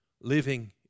living